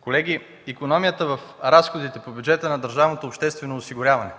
колеги, икономията в разходите по бюджета на държавното обществено осигуряване